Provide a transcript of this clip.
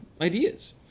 ideas